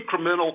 incremental